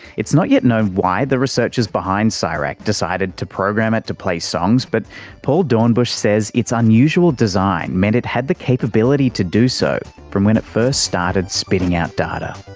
it's not yet known why the researchers behind so csirac decided to program it to play songs but paul doornbusch says its unusual design meant it had the capability to do so from when it first started spitting out data.